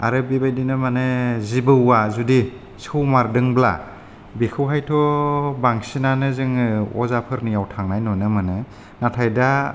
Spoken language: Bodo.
आरो बेबादिनो माने जिबौआ जुदि सौमारदोंब्ला बिखौ हायथ' बांसिनानो जोङो अजा फोरनियाव थांनाय नुनो मोनो नाथाय दा